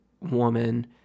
woman